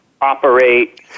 operate